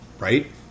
Right